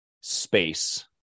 space